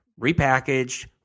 repackaged